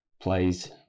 plays